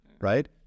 Right